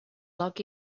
log